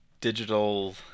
digital